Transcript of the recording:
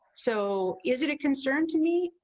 so is it a concern to me?